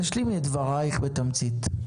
תשלימי את דברייך בתמצית.